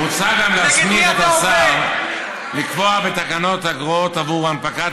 מוצע גם להסמיך את השר לקבוע בתקנות אגרות עבור הנפקת